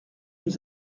nous